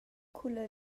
culla